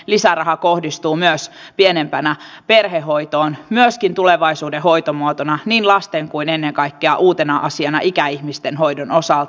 samanlainen lisäraha kohdistuu myös pienempänä perhehoitoon myöskin tulevaisuuden hoitomuotona niin lasten kuin ennen kaikkea uutena asiana ikäihmisten hoidon osalta